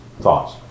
thoughts